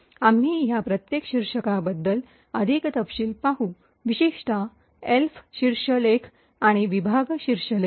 आम्ही या प्रत्येक शीर्षकाबद्दल अधिक तपशील पाहू विशेषत एल्फ शीर्षलेख आणि विभाग शीर्षलेख